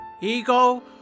Ego